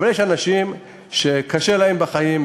אבל יש אנשים שקשה להם בחיים,